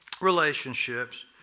relationships